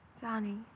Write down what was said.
Johnny